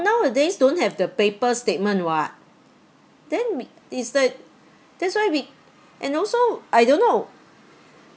nowadays don't have the paper statement [what] then is like that's why we and also I don't know